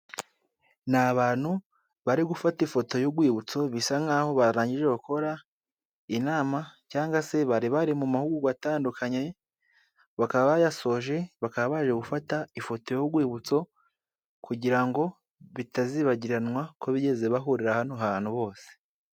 Ni abantu bari gufata ifoto y'urwibutso bisa nk'aho barangije gukora inama, cyangwa se bari bari mu mahugurwa atandukanye, bakaba bayasoje bakaba baje gufata ifoto y'urwibutso kugira ngo bitazibagiranwa ko bigeze bahurira hano hantu bose.